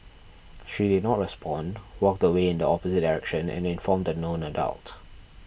she did not respond walked away in the opposite direction and informed a known adult